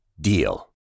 DEAL